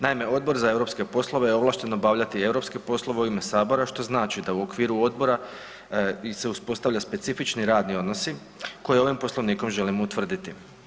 Naime, Odbor za europske poslove je ovlašten obavljati europske poslove u ime Sabora što znači da u okviru odbora se uspostavlja specifični radni odnosi koje ovim Poslovnikom želimo utvrditi.